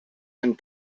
and